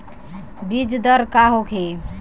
बीजदर का होखे?